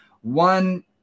one